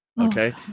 okay